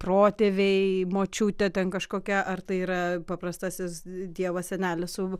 protėviai močiutė ten kažkokia ar tai yra paprastasis dievas senelis su